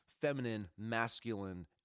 feminine-masculine